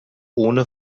ohne